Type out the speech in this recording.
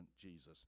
Jesus